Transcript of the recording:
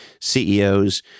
CEOs